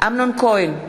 אמנון כהן,